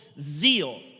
zeal